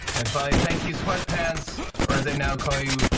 and, finally, thank you sweatpants or, as i now call you,